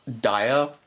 dire-